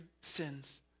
sins